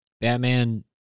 Batman